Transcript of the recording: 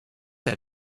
that